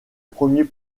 premier